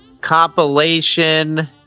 compilation